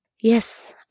Yes